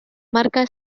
marca